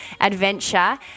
adventure